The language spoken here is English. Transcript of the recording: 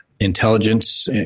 intelligence